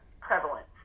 prevalence